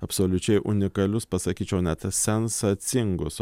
absoliučiai unikalius pasakyčiau net sensacingus